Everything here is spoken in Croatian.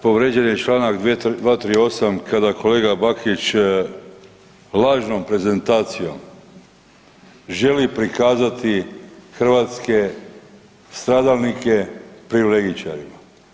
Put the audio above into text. Povrijeđen je članak 238. kada kolega Bakić lažnom prezentacijom želi prikazati hrvatske stradalnike privilegičarima.